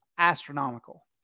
astronomical